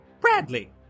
Bradley